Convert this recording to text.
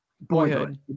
Boyhood